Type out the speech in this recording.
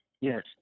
Yes